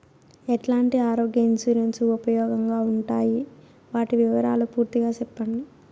ఎట్లాంటి ఆరోగ్య ఇన్సూరెన్సు ఉపయోగం గా ఉండాయి వాటి వివరాలు పూర్తిగా సెప్పండి?